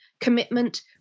Commitment